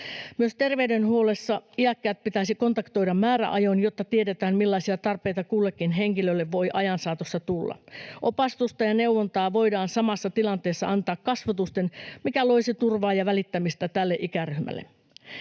Myös terveydenhuollossa iäkkäät pitäisi kontaktoida määräajoin, jotta tiedetään, millaisia tarpeita kullekin henkilölle voi ajan saatossa tulla. Opastusta ja neuvontaa voidaan samassa tilanteessa antaa kasvotusten, mikä loisi turvaa ja välittämistä tälle ikäryhmälle.